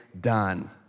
done